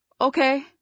Okay